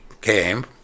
came